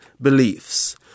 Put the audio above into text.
beliefs